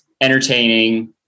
entertaining